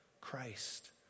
Christ